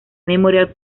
memorial